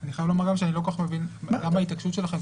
אני חייב לומר שאני לא כל-כך מבין למה ההתעקשות שלכם,